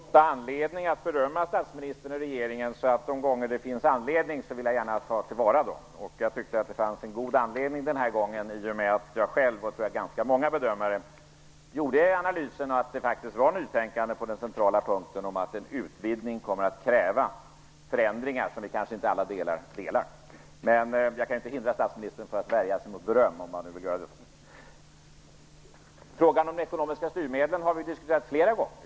Fru talman! Det finns inte så ofta anledning att berömma statsministern och regeringen, så de gånger det gör det vill jag gärna ta dem till vara. Jag tyckte att det fanns en god anledning den här gången, eftersom jag och troligen många andra bedömare gjorde analysen att det faktiskt var nytänkande på den centrala punkten att en utvidgning kommer att kräva förändringar som vi kanske inte är överens om i alla delar. Men jag kan ju inte hindra statsministern från att värja sig mot beröm om han nu vill göra det. Frågan om de ekonomiska styrmedlen har vi diskuterat flera gånger.